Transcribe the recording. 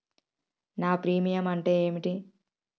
నా ప్రీమియం అంటే ఏమిటి?